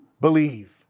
believe